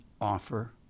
offer